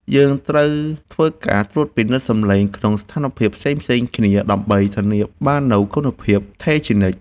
យើងត្រូវធ្វើការត្រួតពិនិត្យសំឡេងក្នុងស្ថានភាពផ្សេងៗគ្នាដើម្បីធានាបាននូវគុណភាពថេរជានិច្ច។